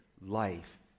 life